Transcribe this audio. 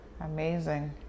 Amazing